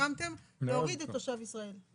הסכמתם להוריד את "תושב ישראל".